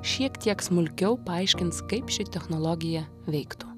šiek tiek smulkiau paaiškins kaip ši technologija veiktų